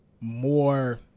more